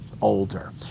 older